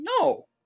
no